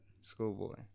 Schoolboy